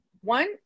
one